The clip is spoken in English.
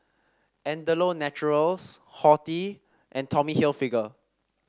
Andalou Naturals Horti and Tommy Hilfiger